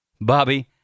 Bobby